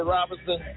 Robinson